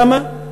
למה?